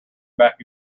back